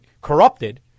corrupted